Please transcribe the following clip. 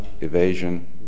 Evasion